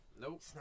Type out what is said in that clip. Nope